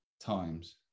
times